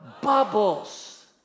bubbles